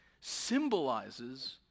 symbolizes